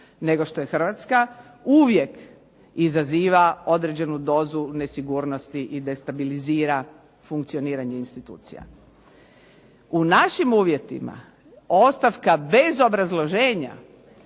nego što je Hrvatska uvijek izaziva određenu dozu nesigurnosti i destabilizira funkcioniranje institucija. U našim uvjetima ostavka bez obrazloženja,